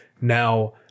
Now